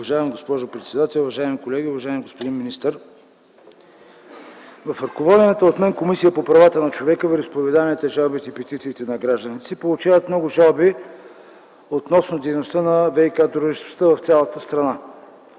Уважаема госпожо председател, уважаеми колеги, уважаеми господин министър! В ръководената от мен Комисията по правата на човека, вероизповеданията, жалбите и петициите на гражданите се получават много жалби относно дейността на ВиК дружествата в цялата страна.